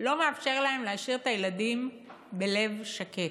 לא מאפשר להם להשאיר את הילדים בלב שקט,